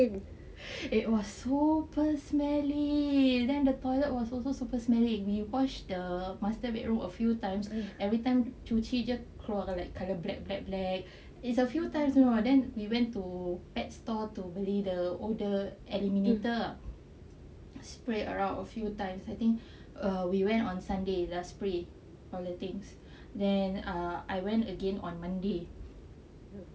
it was super smelly then the toilet was also super smelly we wash the master bedroom a few times everytime cuci jer keluar like black black black it's a few times you know then we went to pet store to beli the odour eliminator ah spray around a few times I think err we went on sunday last spray for the things then err I went again on monday